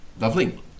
Lovely